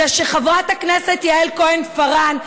חברת הכנסת יעל כהן-פארן,